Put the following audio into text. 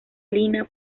lena